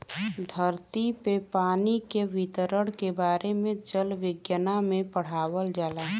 धरती पे पानी के वितरण के बारे में जल विज्ञना में पढ़ावल जाला